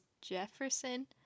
Jefferson